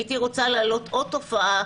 הייתי רוצה להעלות עוד תופעה